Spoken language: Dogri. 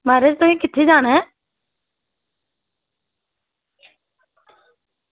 म्हाराज तुसें कु'त्थै जाना ऐ